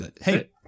hey